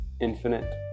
infinite